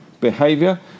behavior